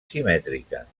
simètriques